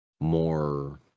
more